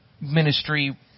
ministry